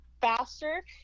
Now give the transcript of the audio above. faster